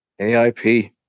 AIP